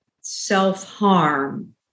self-harm